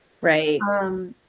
Right